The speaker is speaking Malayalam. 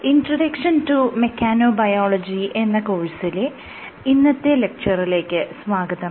'ഇൻട്രൊഡക്ഷൻ ടു മെക്കാനോബയോളജി' എന്ന കോഴ്സിലെ ഇന്നത്തെ ലെക്ച്ചറിലേക്ക് സ്വാഗതം